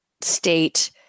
state